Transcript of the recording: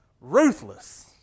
ruthless